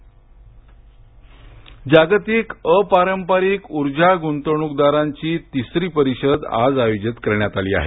मोदी जागतिक अपारंपरिक ऊर्जा गुंतवणूकदारांची तिसरी परिषद आज आयोजित करण्यात आली आहे